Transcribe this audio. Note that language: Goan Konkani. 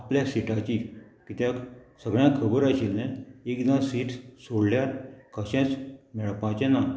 आपल्या सिटाची कित्याक सगळ्यांक खबर आशिल्लें एकदां सिट्स सोडल्यार कशेंच मेळपाचें ना